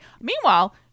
Meanwhile